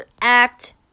act